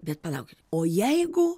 bet palaukit o jeigu